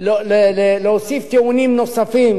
להביא טיעונים נוספים,